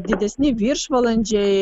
didesni viršvalandžiai